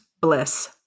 bliss